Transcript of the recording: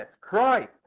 Christ